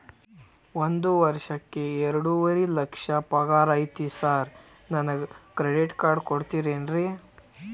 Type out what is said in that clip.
ಒಂದ್ ವರ್ಷಕ್ಕ ಎರಡುವರಿ ಲಕ್ಷ ಪಗಾರ ಐತ್ರಿ ಸಾರ್ ನನ್ಗ ಕ್ರೆಡಿಟ್ ಕಾರ್ಡ್ ಕೊಡ್ತೇರೆನ್ರಿ?